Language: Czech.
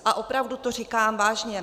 A opravdu to říkám vážně.